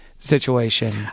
Situation